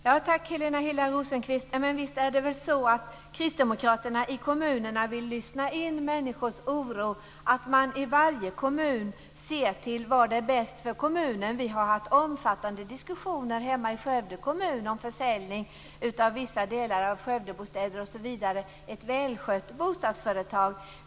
Fru talman! Helena Hillar Rosenqvist, men visst är det väl så att kristdemokraterna i kommunerna vill lyssna in människors oro och att man i varje kommun ser till vad som är bäst för kommunen. Vi har haft omfattande diskussioner hemma i Skövdebostäder osv. - ett välskött bostadsföretag.